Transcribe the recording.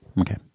okay